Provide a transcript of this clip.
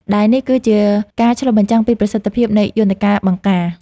ដែលនេះគឺជាការឆ្លុះបញ្ចាំងពីប្រសិទ្ធភាពនៃយន្តការបង្ការ។